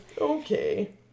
Okay